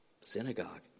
Synagogue